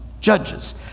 Judges